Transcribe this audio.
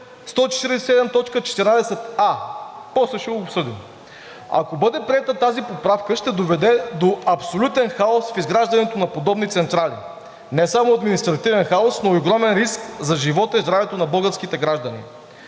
147, т. 14а. После ще го обсъдим. Ако бъде приета, тази поправка ще доведе до абсолютен хаос в изграждането на подобни централи, не само до административен хаос, но и огромен риск за живота и здравето на българските граждани.